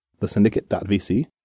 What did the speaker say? thesyndicate.vc